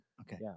Okay